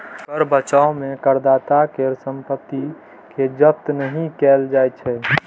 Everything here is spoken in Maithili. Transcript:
कर बचाव मे करदाता केर संपत्ति कें जब्त नहि कैल जाइ छै